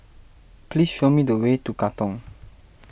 please show me the way to Katong